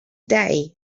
day